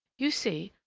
you see,